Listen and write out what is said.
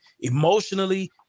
emotionally